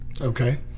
okay